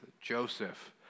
Joseph